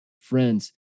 Friends